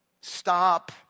stop